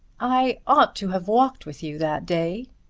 i ought to have walked with you that day,